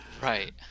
Right